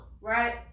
Right